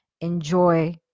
enjoy